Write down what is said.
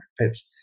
pips